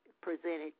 presented